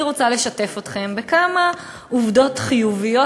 אני רוצה לשתף אתכם בכמה עובדות חיוביות